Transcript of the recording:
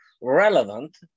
relevant